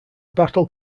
battle